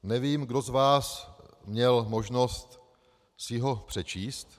Nevím, kdo z vás měl možnost si ho přečíst.